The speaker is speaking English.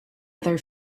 other